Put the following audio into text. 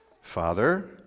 Father